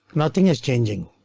nothing is changing